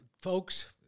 folks